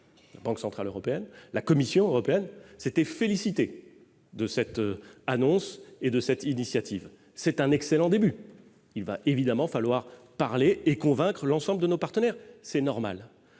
la Banque centrale européenne et la Commission européenne s'étaient félicitées de cette annonce et de cette initiative. C'est un excellent début ! Il va évidemment falloir parler et convaincre l'ensemble de nos partenaires. C'est normal,